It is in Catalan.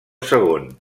segon